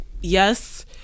yes